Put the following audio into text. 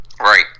Right